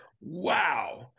wow